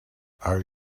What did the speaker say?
are